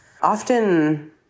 often